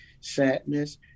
sadness